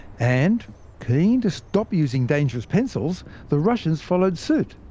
and keen to stop using dangerous pencils the russians followed suit,